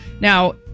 now